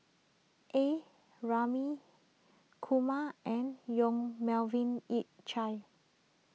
A Ramli Kumar and Yong Melvin Yik Chye